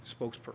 spokesperson